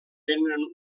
tenen